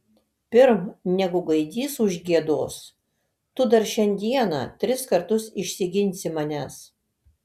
pirm negu gaidys užgiedos tu dar šiandieną tris kartus išsiginsi manęs